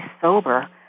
sober